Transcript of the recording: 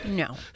No